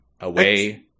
away